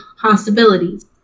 possibilities